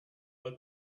but